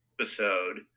episode